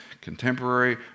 contemporary